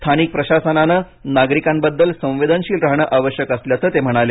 स्थानिक प्रशासनानं नागरिकांबद्दल संवेदनशील राहणं आवश्यक असल्याचं ते म्हणाले